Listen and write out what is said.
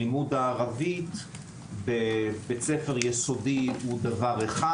לימוד הערבית בבית ספר יסודי הוא דבר אחד,